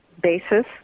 basis